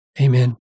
Amen